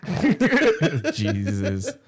Jesus